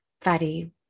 fatty